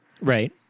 Right